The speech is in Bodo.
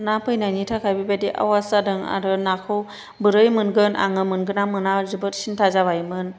ना फैनायनि थाखाय बेबायदि आवाज जादों आरो नाखौ बोरै मोनगोन आङो मोनगोन ना मोना जोबोद सिन्था जाबायमोन